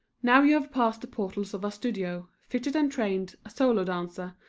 now you have passed the portals of our studio, fitted and trained, a solo dancer,